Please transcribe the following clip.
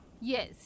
Yes